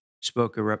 spoke